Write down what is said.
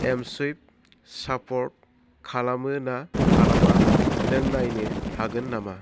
MSwipe support खालामो ना खालामा नों नायनो हागोन नामा